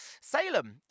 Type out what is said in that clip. salem